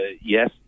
yes